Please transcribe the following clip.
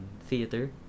theater